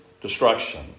destruction